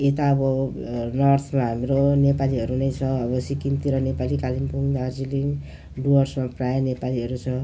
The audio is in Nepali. यता अब नर्थ र हाम्रो नेपालीहरू नै छ अब सिक्किमतिर नेपाली कालिम्पोङ दार्जिलिङ डुवर्समा प्रायः नेपालीहरू छ